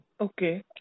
Okay